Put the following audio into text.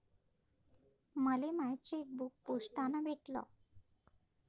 मले माय चेकबुक पोस्टानं भेटल